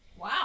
Wow